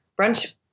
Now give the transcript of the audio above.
Brunch